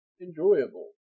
enjoyable